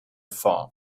phone